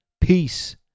Peace